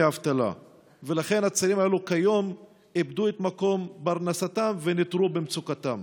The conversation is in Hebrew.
ולכן הצעירים האלה איבדו כיום את מקור פרנסתם ונותרו במצוקתם.